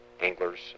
anglers